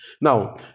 Now